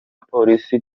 police